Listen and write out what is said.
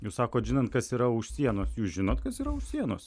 jūs sakot žinant kas yra už sienos jūs žinot kas yra už sienos